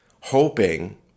hoping